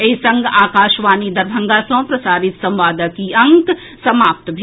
एहि संग आकाशवाणी दरभंगा सँ प्रसारित संवादक ई अंक समाप्त भेल